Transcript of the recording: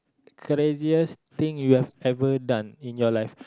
craziest thing you have ever done in your life